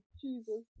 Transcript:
Jesus